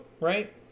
right